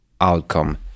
outcome